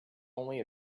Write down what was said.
only